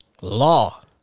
law